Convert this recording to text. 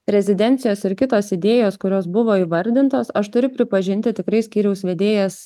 rezidencijos ir kitos idėjos kurios buvo įvardintos aš turiu pripažinti tikrai skyriaus vedėjas